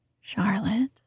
Charlotte